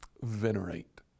venerate